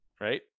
right